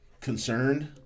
concerned